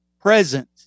present